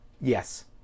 yes